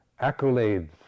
accolades